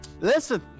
listen